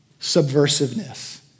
subversiveness